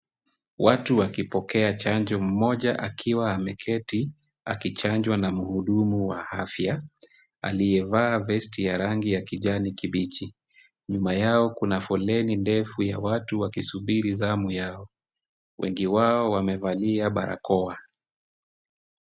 Watu wakipokea chanjo mmoja akiwa ameketi akichanjwa na mhudumu wa afya aliyevaa vesti ya rangi ya kijani kibichi. Nyuma yao kuna foleni ndefu ya watu wakisubiri zamu yao. Wengi wao wamevalia barakoa.